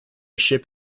ship